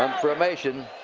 um formation.